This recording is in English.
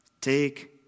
take